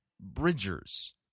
Bridgers